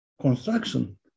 construction